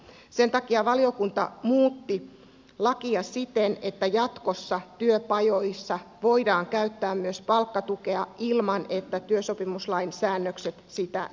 sen takia valiokunta muutti lakia siten että jatkossa työpajoissa voidaan käyttää myös palkkatukea ilman että työsopimuslain säännökset sitä estävät